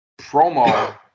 Promo